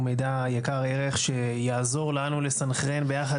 שהוא מידע יקר ערך שיעזור לנו לסנכרן ביחד